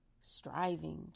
striving